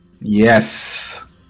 Yes